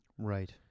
Right